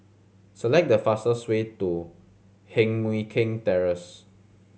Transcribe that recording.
select the fastest way to Heng Mui Keng Terrace